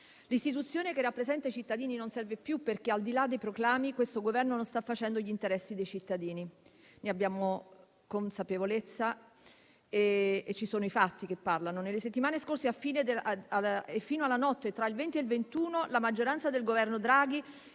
L'istituzione che rappresenta i cittadini non serve più, perché, al di là dei proclami, questo Governo non sta facendo gli interessi dei cittadini; ne abbiamo consapevolezza e ci sono i fatti che parlano. Nelle settimane scorse e fino alla notte tra il 20 e il 21 dicembre, la maggioranza del Governo Draghi,